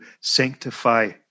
sanctify